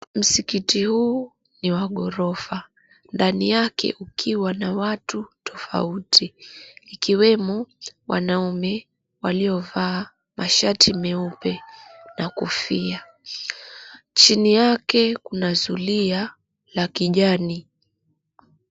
Msikiti huu ni wa gorofa. Ndani yake ukiwa na watu tofauti, ikiwemo wanaume waliovaa mashati meupe na kofia. Chini yake kuna zulia la kijani.